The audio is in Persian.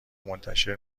منتشر